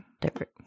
different